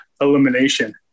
elimination